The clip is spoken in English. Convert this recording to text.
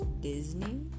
Disney